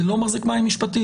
זה לא מחזיק מים משפטית.